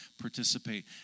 participate